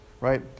right